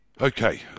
Okay